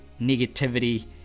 negativity